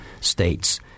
states